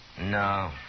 No